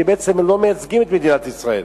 כי בעצם הם לא מייצגים את מדינת ישראל,